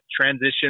transition